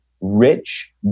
rich